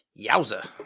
Yowza